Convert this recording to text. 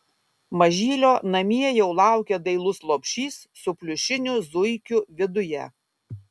mažylio namie jau laukia dailus lopšys su pliušiniu zuikiu viduje